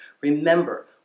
Remember